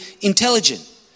intelligent